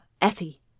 Effie